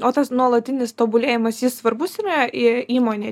o tas nuolatinis tobulėjimas jis svarbus yra e įmonei